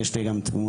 יש לי גם תמונות.